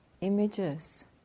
images